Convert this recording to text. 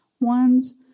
One's